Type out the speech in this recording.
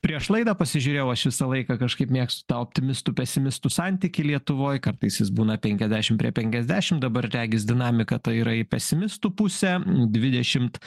prieš laidą pasižiūrėjau aš visą laiką kažkaip mėgstu tą optimistų pesimistų santykį lietuvoj kartais jis būna penkiasdešim prie penkiasdešim dabar regis dinamika tai yra į pesimistų pusę dvidešimt